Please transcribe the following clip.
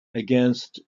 against